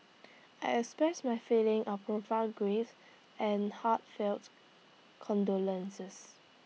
I express my feeling of profound grief and heartfelt condolences